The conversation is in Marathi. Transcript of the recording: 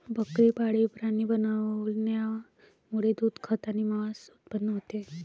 बकरी पाळीव प्राणी बनवण्यामुळे दूध, खत आणि मांस उत्पन्न होते